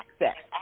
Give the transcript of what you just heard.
access